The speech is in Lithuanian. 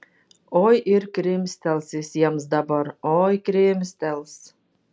oi ir krimstels jis jiems dabar oi krimstels